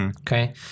Okay